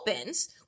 opens